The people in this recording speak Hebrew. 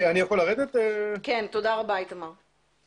זה פשוט לא נכון, אף אחד לא ניהל איתנו משא